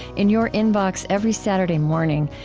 in your inbox every saturday morning,